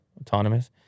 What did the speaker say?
autonomous